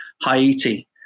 Haiti